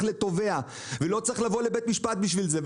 לתובע ולא צריך לבוא לבית משפט בשביל זה.